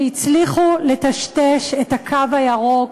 שהצליחו לטשטש את הקו הירוק,